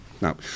Now